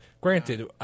Granted